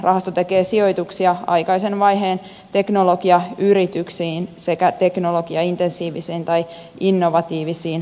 rahasto tekee sijoituksia aikaisen vaiheen teknologiayrityksiin sekä teknologiaintensiivisiin tai innovatiivisiin palveluyrityksiin